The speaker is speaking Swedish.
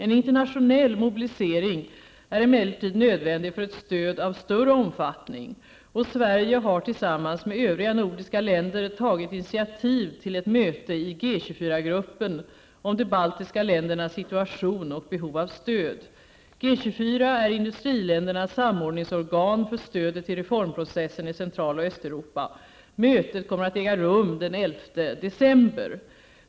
En internationell mobilisering är emellertid nödvändig för ett stöd av större omfattning. Sverige har tillsammans med övriga nordiska länder tagit initiativ till ett möte i G24-gruppen om de baltiska ländernas situation och behov av stöd. Mötet kommer att äga rum den 11 december.